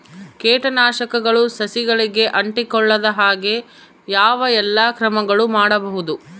ಕೇಟನಾಶಕಗಳು ಸಸಿಗಳಿಗೆ ಅಂಟಿಕೊಳ್ಳದ ಹಾಗೆ ಯಾವ ಎಲ್ಲಾ ಕ್ರಮಗಳು ಮಾಡಬಹುದು?